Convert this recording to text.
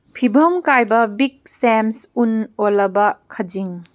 ꯐꯤꯕꯝ ꯀꯥꯏꯕ ꯕꯤꯛ ꯁꯦꯝꯁ ꯎꯟ ꯑꯣꯜꯂꯕ ꯈꯖꯤꯡ